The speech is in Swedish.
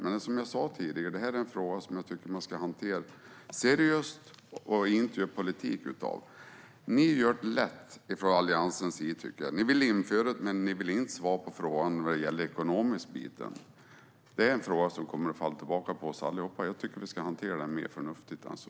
Men som jag sa tidigare är det här en fråga som jag tycker att man ska hantera seriöst och låta bli att göra politik av. Ni gör det lätt för er från Alliansens sida. Ni vill införa detta, men ni vill inte svara på frågan när det gäller den ekonomiska biten. Det är en fråga som kommer att falla tillbaka på oss allihop. Jag tycker att vi ska hantera den mer förnuftigt än så.